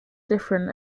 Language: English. different